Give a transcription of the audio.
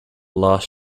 last